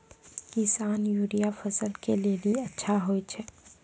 किसान यूरिया फसल के लेली अच्छा होय छै?